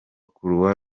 croix